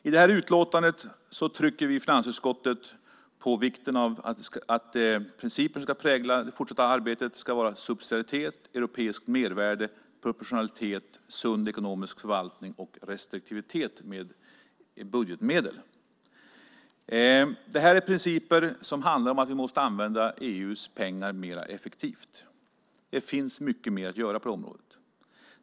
I det här utlåtandet trycker vi i finansutskottet på vikten av att principer ska prägla det fortsatta arbetet, att det ska vara subsidiaritet, europeiskt mervärde, proportionalitet, sund ekonomisk förvaltning och restriktivitet med budgetmedel. Det här är principer som handlar om att vi måste använda EU:s pengar mer effektivt. Det finns mer att göra på området.